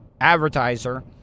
advertiser